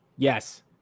Yes